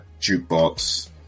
jukebox